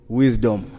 wisdom